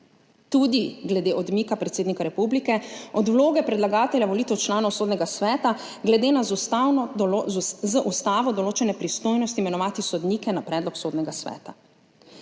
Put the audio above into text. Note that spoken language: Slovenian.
tudi glede odmika predsednika republike od vloge predlagatelja volitev članov Sodnega sveta glede z ustavo določene pristojnosti imenovati sodnike na predlog Sodnega sveta.